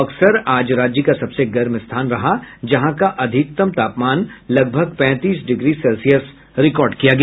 बक्सर आज राज्य का सबसे गर्म स्थान रहा जहां का अधिकतम तापमान लगभग पैंतीस डिग्री सेल्सियस रिकार्ड किया गया